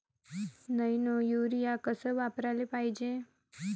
Nano urea कस वापराले पायजे?